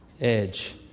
edge